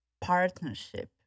partnership